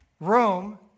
Rome